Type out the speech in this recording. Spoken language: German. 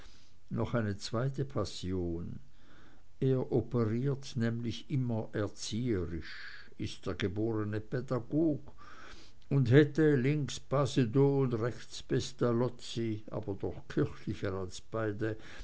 noch eine zweite passion er operiert nämlich immer erzieherisch ist der geborene pädagog und hätte links basedow und rechts pestalozzi aber doch kirchlicher als